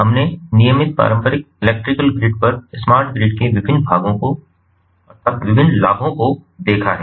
हमने नियमित पारंपरिक इलेक्ट्रिकल ग्रिड पर स्मार्ट ग्रिड के विभिन्न लाभों को देखा है